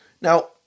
Now